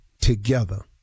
together